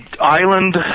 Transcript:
island